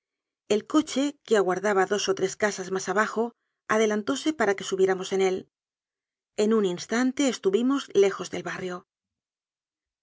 el coche que aguardaba dos o tres casas más abajo adelantóse para que subiéramos en él en un instante estuvimos lejos del barrio